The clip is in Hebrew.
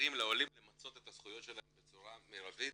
עוזרים לעולים למצות את זכויותיהם בצורה מרבית.